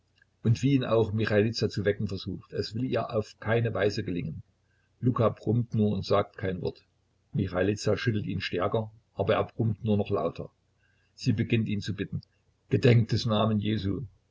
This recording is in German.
und wie ihn auch michailiza zu wecken versucht es will ihr auf keine weise gelingen luka brummt nur und sagt kein wort michailiza schüttelt ihn stärker aber er brummt nur noch lauter sie beginnt ihn zu bitten gedenk des namen jesu